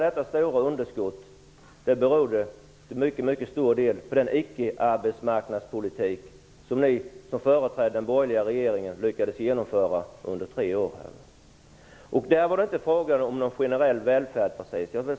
Detta stora underskott beror till stor del på den "icke-arbetsmarknadspolitik" som ni som företrädde den borgerliga regeringen lyckades genomföra under tre år. Där var det inte precis fråga om någon generell välfärd.